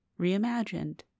reimagined